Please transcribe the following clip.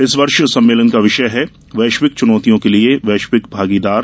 इस वर्ष सम्मेलन का विषय है वैश्विक चुनौतियों के लिए वैश्विक भागीदार